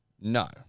No